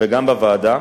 גם בוועדה,